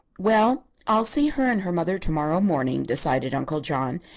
well, i'll see her and her mother to-morrow morning, decided uncle john,